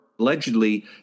Allegedly